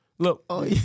Look